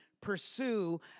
pursue